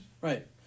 right